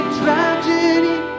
tragedy